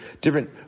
different